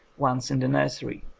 once in the nursery.